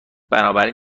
بنابراین